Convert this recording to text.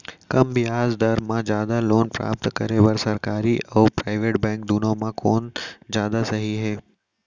कम ब्याज दर मा जादा लोन प्राप्त करे बर, सरकारी अऊ प्राइवेट बैंक दुनो मा कोन जादा सही हे?